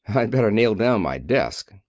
i'd better nail down my desk.